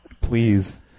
Please